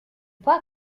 pas